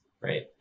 Right